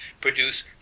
produce